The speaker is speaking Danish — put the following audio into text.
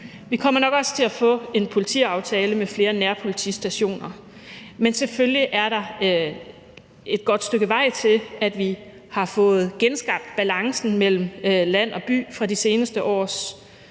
Vi kommer nok også til at få en politiaftale med flere nærpolitistationer, men selvfølgelig er der et godt stykke vej, til vi har fået genskabt balancen mellem land og by fra de seneste års